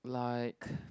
like